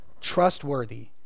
trustworthy